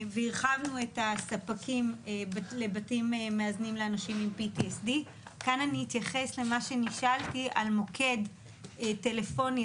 והרחבנו את הספקים לבתים מאזנים לאנשים עם PTSD. כאן אני אתייחס למה שנשאלתי על מוקד טלפוני,